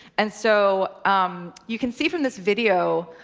and so you can see from this video